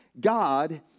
God